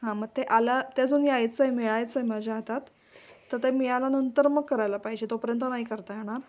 हां मग ते आला ते अजून यायचंय मिळायचंय माझ्या हातात तर ते मिळाल्यानंतर मग करायला पाहिजे तोपर्यंत नाही करता येणार